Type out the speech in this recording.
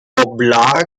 oblag